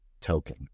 token